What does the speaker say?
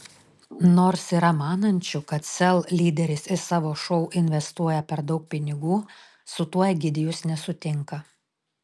nors yra manančių kad sel lyderis į savo šou investuoja per daug pinigų su tuo egidijus nesutinka